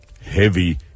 Heavy